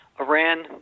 Iran